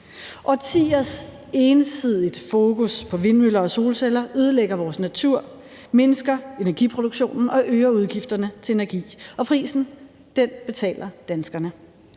Årtiers ensidigt fokus på vindmøller og solceller ødelægger vores natur, mindsker energiproduktionen og øger udgifterne til energi, og prisen betaler danskerne.